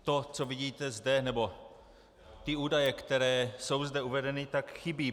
To, co vidíte zde, nebo ty údaje, které jsou zde uvedeny, tak chybí.